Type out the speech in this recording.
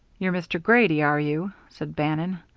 you're mr. grady, are you? said bannon.